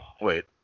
Wait